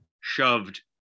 shoved